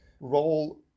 role